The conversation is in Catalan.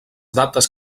dates